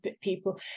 people